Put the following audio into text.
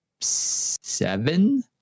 seven